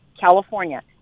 California